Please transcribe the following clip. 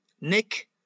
Nick